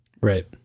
right